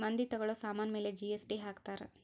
ಮಂದಿ ತಗೋಳೋ ಸಾಮನ್ ಮೇಲೆ ಜಿ.ಎಸ್.ಟಿ ಹಾಕ್ತಾರ್